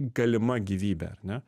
galima gyvybė ar ne